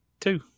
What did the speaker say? two